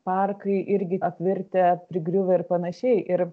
parkai irgi apvirtę prigriuvę ir panašiai ir